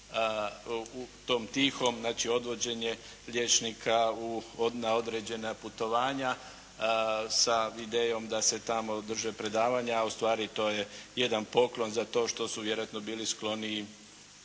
u tom tihom, znači odvođenje liječnika na određena putovanja sa idejom da se tamo održe predavanja a ustvari to je jedan poklon za to što su vjerojatno bili skloniji